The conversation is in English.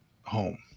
home